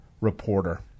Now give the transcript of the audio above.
reporter